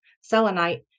selenite